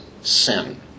sin